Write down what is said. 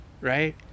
right